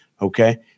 okay